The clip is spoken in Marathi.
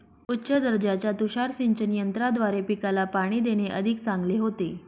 उच्च दर्जाच्या तुषार सिंचन यंत्राद्वारे पिकाला पाणी देणे अधिक चांगले होते